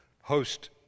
host